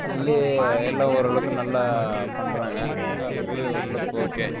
இதுலே எல்லாம் ஓரளவுக்கு நல்லா பண்ணுறாங்க அதுவே ஓரளவுக்கு ஓகே